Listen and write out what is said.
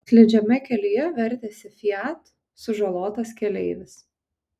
slidžiame kelyje vertėsi fiat sužalotas keleivis